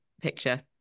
picture